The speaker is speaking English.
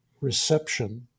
Reception